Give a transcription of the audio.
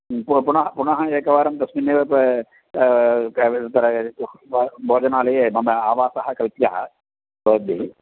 पुनः पुनः पुनः एकवारं तस्मिन्नेव बो भोजनालये मम आवासः कल्प्यः भवद्भिः